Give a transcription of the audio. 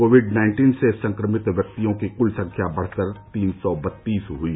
Covid nineteen से संक्रमित व्यक्तियों की कुल संख्या बढ़कर तीन सौ बत्तीस हुई